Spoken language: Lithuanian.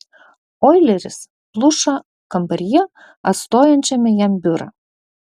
oileris pluša kambaryje atstojančiame jam biurą